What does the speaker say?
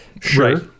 sure